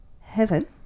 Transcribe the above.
heaven